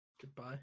Goodbye